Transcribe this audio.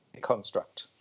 construct